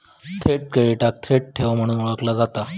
थेट क्रेडिटाक थेट ठेव म्हणून सुद्धा ओळखला जाता